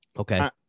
okay